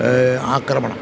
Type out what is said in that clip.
ആക്രമണം